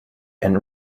and